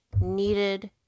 needed